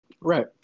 Right